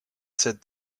said